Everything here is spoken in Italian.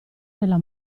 nella